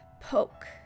poke